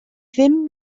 ddim